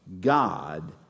God